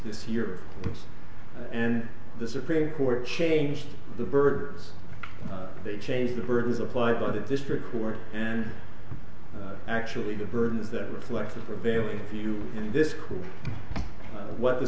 this year and the supreme court changed the birds they changed the bird was applied by the district court and actually the burden that reflects the prevailing view in this school what the